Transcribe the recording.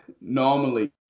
normally